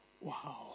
Wow